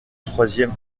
troisième